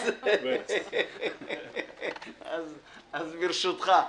אז ברשותך.